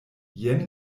jen